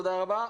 תודה רבה.